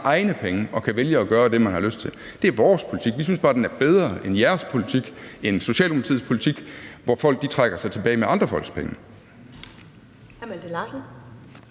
egne penge og kan vælge at gøre det, man har lyst til. Det er vores politik. Vi synes bare, den er bedre end Socialdemokratiets politik, hvor folk trækker sig tilbage med andre folks penge.